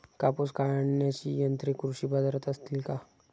कापूस काढण्याची यंत्रे कृषी बाजारात असतील का?